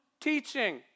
teaching